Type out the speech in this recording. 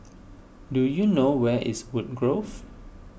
do you know where is Woodgrove